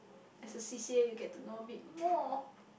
as a C_C_A you get to know a bit more